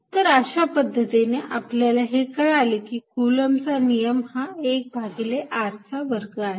तर अशा पद्धतीने आपल्याला हे कळाले की कुलम्ब चा नियम हा एक भागिले r चा वर्ग आहे